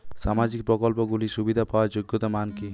সামাজিক প্রকল্পগুলি সুবিধা পাওয়ার যোগ্যতা মান কি?